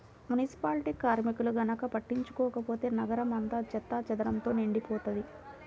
municipality కార్మికులు గనక పట్టించుకోకపోతే నగరం అంతా చెత్తాచెదారంతో నిండిపోతది